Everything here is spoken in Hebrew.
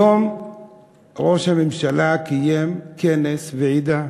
היום ראש הממשלה קיים כנס, ועידה.